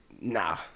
Nah